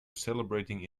celebrating